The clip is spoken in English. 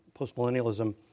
postmillennialism